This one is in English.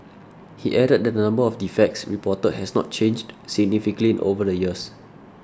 he added that the number of defects reported has not changed significantly over the years